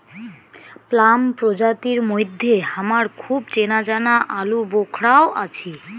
plum প্রজাতির মইধ্যে হামার খুব চেনাজানা আলুবোখরাও আছি